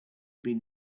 been